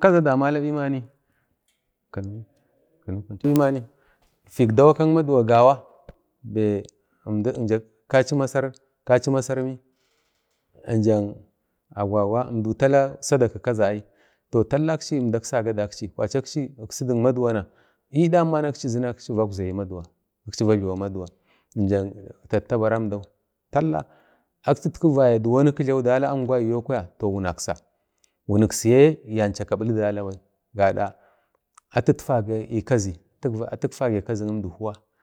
kaza damala bimanifik dawak maduwa gawajak kachinasar, jan Agwa gwa pira sadak kaza'ai talaksi əmdak saga daksi kwari aksi iksudu maduwana idanba aksi jina aksi vagzayi maduwa akchi vajliwi amaduwa jak Tattabaramdau tala akichiku vaya duwoni kijlawu dala angwagiyo kwaya wunaksa, wunuksi ye yancha kabili dala bai gada atutfage kazi əmdi huwa